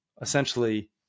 essentially